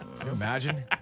imagine